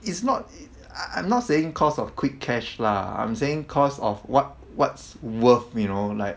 it's not i~ I'm not saying cause of quick cash lah I'm saying cause of what what's worth you know like